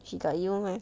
she got you mah